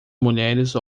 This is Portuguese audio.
mulheres